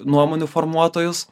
nuomonių formuotojus